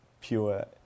pure